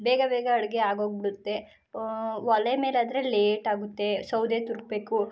ಬೇಗ ಬೇಗ ಅಡುಗೆ ಆಗೋಗ್ಬಿಡುತ್ತೆ ಒಲೆ ಮೇಲಾದರೆ ಲೇಟ್ ಆಗುತ್ತೆ ಸೌದೆ ತುರುಕ್ಬೇಕು